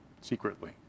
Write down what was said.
secretly